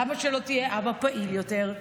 למה שלא תהיה אבא פעיל יותר?